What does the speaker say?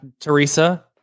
Teresa